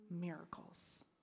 miracles